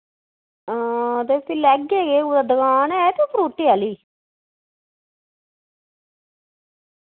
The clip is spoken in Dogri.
हां ते फ्ही लैगे केह् कुतै दुकान ऐ इत्थे फ्रूटे आह्ली